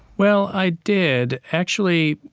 well, i did. actually,